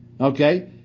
Okay